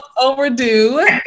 overdue